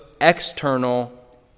external